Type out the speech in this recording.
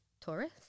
Taurus